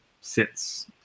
sits